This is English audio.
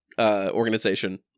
organization